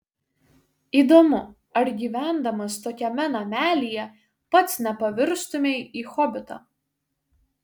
įdomu ar gyvendamas tokiame namelyje pats nepavirstumei į hobitą